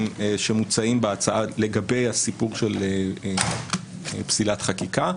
שמוצעים בהצעה לגבי הסיפור של פסילת חקיקה.